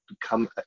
become